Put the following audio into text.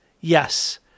Yes